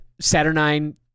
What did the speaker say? Saturnine